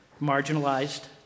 marginalized